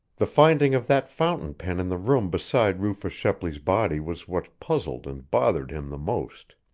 the finding of that fountain pen in the room beside rufus shepley's body was what puzzled and bothered him the most.